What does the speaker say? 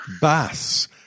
Bass